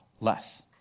less